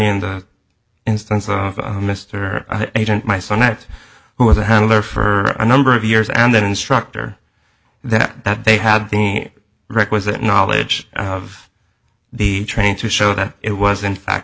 in the instance of mr agent my son that who was a handler for a number of years and an instructor that they had the requisite knowledge of the train to show that it was in fact